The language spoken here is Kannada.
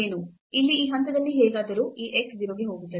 ಇಲ್ಲಿ ಈ ಹಂತದಲ್ಲಿ ಹೇಗಾದರೂ ಈ x 0 ಗೆ ಹೋಗುತ್ತದೆ